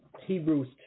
Hebrews